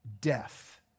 death